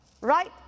right